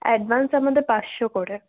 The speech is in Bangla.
অ্যাডভান্স আমাদের পাঁচশো করে